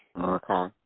Okay